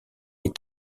est